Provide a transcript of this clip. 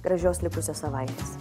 gražios likusios savaitės